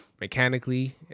mechanically